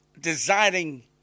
desiring